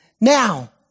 Now